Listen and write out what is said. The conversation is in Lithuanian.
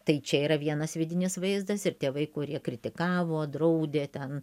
tai čia yra vienas vidinis vaizdas ir tėvai kurie kritikavo draudė ten